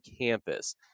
campus